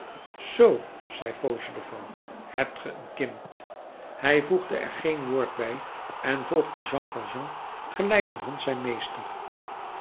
zoo zei fauchelevent hebt ge een kind hij voegde er geen woord bij en volgde jean valjean gelijk een hond zijn meester